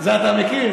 את זה אני מכיר.